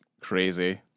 Crazy